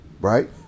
right